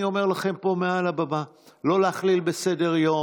אני אומר לכם פה מעל הבמה: לא להכליל בסדר-יום,